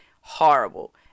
horrible